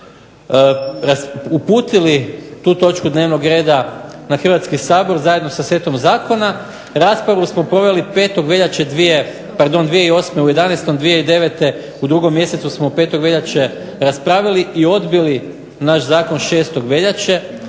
uputili tu točku dnevnog reda na Hrvatski sabor zajedno sa setom zakona. Raspravu smo proveli 5. veljače pardon 2008. u jedanaestom, 2009. u drugom mjesecu smo 5. veljače raspravili i odbili naš zakon 6. veljače.